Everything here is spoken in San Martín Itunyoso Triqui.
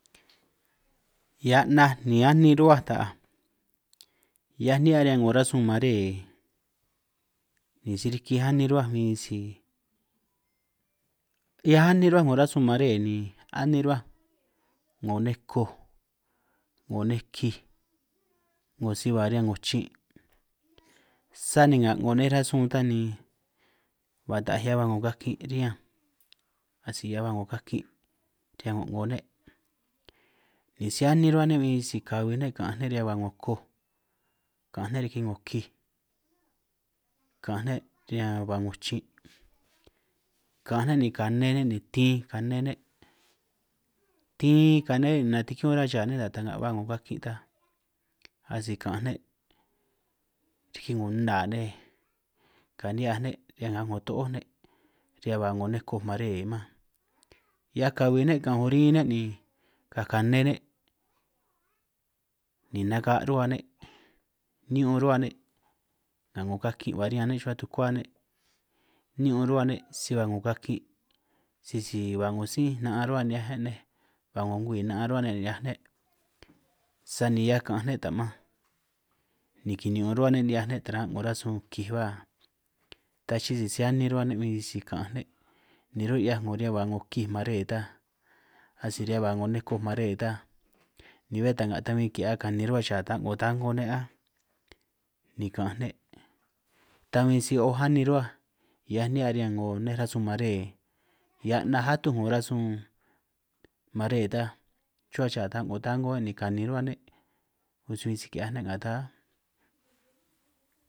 Hiaj 'na' ni anin rruhuaj ta'aj hiaj ni'hia riñan 'ngo rasun mare, ni si rikij anin rruhuaj bin sisi 'hiaj anin rruhua 'ngo rasun nmare ni anin rruhuaj 'ngo nej koj 'ngo nej kij, 'ngo si ba riñan 'ngo chin' sani ka' 'ngo nej rasun tan ni ba ta'aj hia, ba 'ngo kakin riñanj asi hia ba 'ngo kakin' riñan ko'ngo ne' ni si anin rruhua ne' bin isi kabi ne' ka'anj ne' riñan ba 'ngo koj, ka'anj ne' riki 'ngo kij ka'anj ne' riñan ba 'ngo chin', ka'anj ne' ni kane ne' ni tinj kane ne' tinj kane ne' ni natikiñun chuba chaan ne' taj ta'nga ba 'ngo kakin' ta asi ka'anj ne' riki 'ngo nna nej, ka'anj ni'hiaj ne' riñan ngaj 'ngo to'ój ne', riñan ba 'ngo nej koj mare manj hiaj kabi ne' ka'anj urin ne', ni ka'anj kane ne' ni naka' rruhua ne' ni'ñun rruba ne', nga 'ngo kakin' ba riñan ne' chuba tukua ne', ni'ñun rruba ne' nga 'ngo kakin' sisi ba 'ngo sí na'an rruba ni'hiaj ne' nej, ba 'ngo nkwi na'an rruhua ne' ne' ni'hiaj ne' sani hiaj ka'anj ne' tamanj, ni kini'ñun rruhua ne' ni'hiaj taran' 'ngo rasun kij ba, ta chi'i sisi anin rruba ne' bin sisi ka'anj ne' ni run' 'hiaj riñan ñan ba 'ngo kij mare ta, asi riñan ba nej 'ngo koj mare ta ni bé ta'nga ta bin ki'hiaj kanin chuhua chaa ta 'ngo ta a'ngo ne' áj, ni ka'anj ne' ta bin si o'oj kanin rruhuaj hiaj, ni'hiaj riñan 'ngo nej rasun mare hiaj 'na' atuj 'ngo rasun mare ta chuhua chaa ta 'ngo ta a'ngo ne', ni kani rruhua ne' u'bin bi si ki'hiaj ne' nga ta áj.